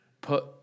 Put